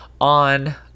on